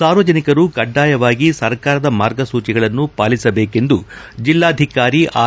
ಸಾರ್ವಜನಿಕರು ಕಡ್ಡಾಯವಾಗಿ ಸರ್ಕಾರದ ಮಾರ್ಗಸೂಚಿಗಳನ್ನು ಪಾಲಿಸಬೇಕೆಂದು ಜಿಲ್ಲಾಧಿಕಾರಿ ಆರ್